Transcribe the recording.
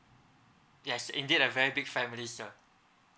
yes indeed a very big family sir